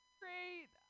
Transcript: great